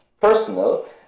personal